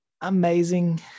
amazing